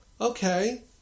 okay